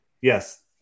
Yes